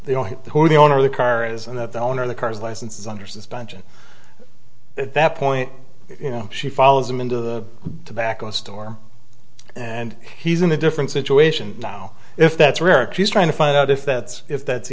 they don't know who the owner of the car is and that the owner of the car's license is under suspension at that point you know she follows him into the tobacco store and he's in a different situation now if that's rick she's trying to find out if that's if that's